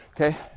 okay